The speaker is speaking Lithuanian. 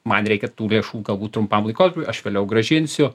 man reikia tų viešų kalbų trumpam laikotarpiui aš vėliau grąžinsiu